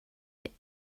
thick